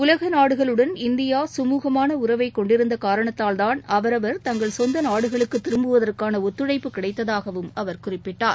உலக நாடுகளுடன் இந்தியா சுமூகமான உறவை கொண்டிருந்த காரணத்தால்தான் அவரவர் தங்கள் சொந்த நாடுகளுக்கு திரும்புவதற்கான ஒத்துழைப்பு கிடைத்ததாகவும் அவர் குறிப்பிட்டார்